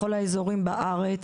בכל האזורים בארץ,